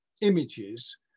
images